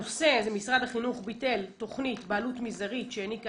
הנושא: משרד החינוך ביטל תוכנית בעלות מזערית שהעניקה